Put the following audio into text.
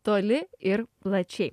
toli ir plačiai